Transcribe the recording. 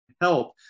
help